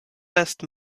best